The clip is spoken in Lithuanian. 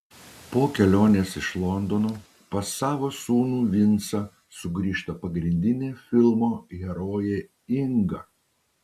po kelionės iš londono pas savo sūnų vincą sugrįžta pagrindinė filmo herojė inga